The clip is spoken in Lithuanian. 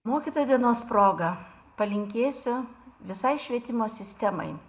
mokytojo dienos proga palinkėsiu visai švietimo sistemai